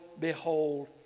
behold